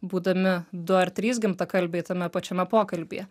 būdami du ar trys gimtakalbiai tame pačiame pokalbyje